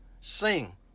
sing